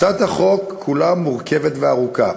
הצעת החוק כולה מורכבת וארוכה,